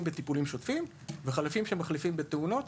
בטיפולים שוטפים וחלפים שמחליפים בתאונות,